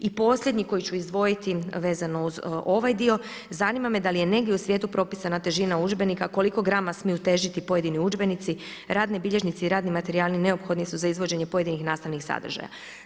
I posljednji koji ću izdvojiti vezano uz ovaj dio: Zanima me da li je negdje u svijetu propisana težina udžbenika koliko grama smiju težiti pojedini udžbenici, radne bilježnice i radni materijali neophodni su za izvođenje pojedinih nastavnih sadržaja.